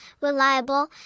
reliable